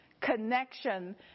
connection